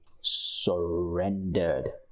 surrendered